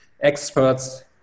experts